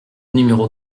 numéro